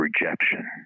rejection